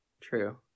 true